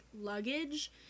luggage